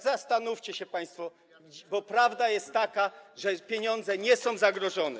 Zastanówcie się, państwo, bo prawda jest taka, że pieniądze nie są zagrożone.